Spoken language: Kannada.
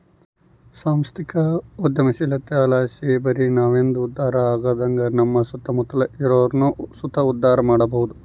ಸಾಂಸ್ಥಿಕ ಉದ್ಯಮಶೀಲತೆಲಾಸಿ ಬರಿ ನಾವಂದೆ ಉದ್ಧಾರ ಆಗದಂಗ ನಮ್ಮ ಸುತ್ತಮುತ್ತ ಇರೋರ್ನು ಸುತ ಉದ್ಧಾರ ಮಾಡಬೋದು